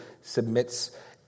submits